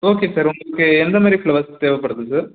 okay sir உங்களுக்கு எந்த மாதிரி ஃப்ளவர்ஸ் தேவைப்படுது சார்